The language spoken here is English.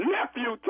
Nephew